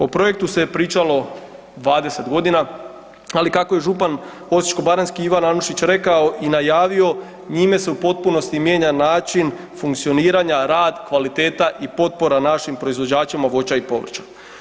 O projektu se pričalo 20 godina, ali kako je župan Osječko-baranjski Ivan Anušić rekao i najavio, njime se u potpunosti mijenja način funkcioniranja, rad i kvaliteta potpora našim proizvođačima voća i povrća.